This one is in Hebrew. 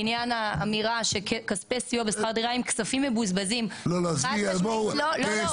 לעניין האמירה שכספי סיוע בשכר דירה הם כספים מבוזבזים חד משמעית לא.